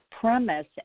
premise